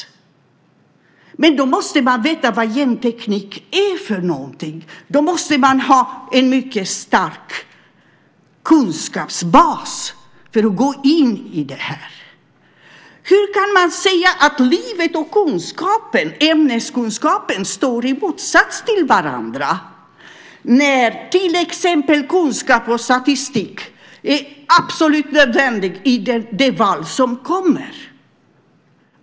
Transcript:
Men då måste man veta vad genteknik är. Man måste ha en mycket stark kunskapsbas för att gå in i detta. Hur kan man säga att livet och ämneskunskapen står i motsats till varandra när till exempel kunskap och statistik är absolut nödvändiga i det val som kommer?